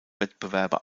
wettbewerbe